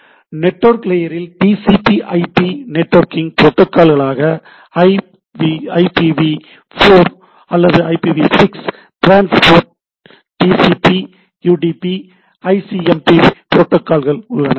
networking லேயரில் TCP IP networking புரோட்டோகால்களாக IPv four அல்லது ஐபிவி6 ட்ரான்ஸ்போர்ட் டிசிபி யுடிபி ஐசிஎம்பி புரோட்டோகால்கள் உள்ளன